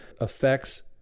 affects